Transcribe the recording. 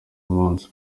munsi